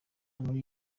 muri